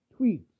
tweets